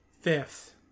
fifth